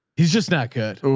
he's just not good.